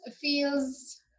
feels